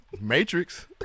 Matrix